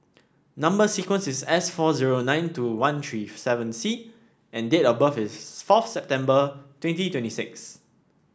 number sequence is S four zero nine two one three seven C and date of birth is fourth September twenty twenty six